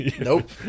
Nope